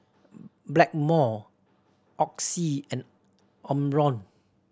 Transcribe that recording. Blackmore Oxy and Omron